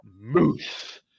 Moose